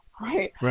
right